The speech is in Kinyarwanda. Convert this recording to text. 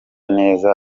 neza